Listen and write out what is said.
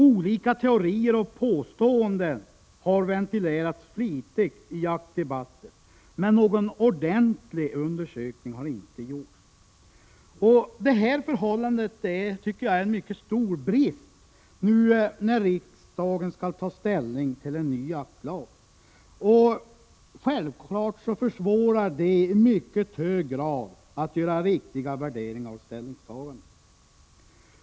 Olika teorier och påståenden har ventilerats flitigt i jaktdebatten, men någon ordentlig undersökning har inte gjorts, vilket är en mycket stor brist, när riksdagen nu skall ta ställning till en ny jaktlag. Det försvårar självfallet i mycket hög grad möjligheterna att göra riktiga värderingar och ställningstaganden.